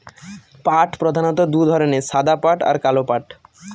পাট প্রধানত দু ধরনের সাদা পাট আর কালো পাট